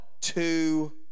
two